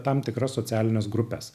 tam tikras socialines grupes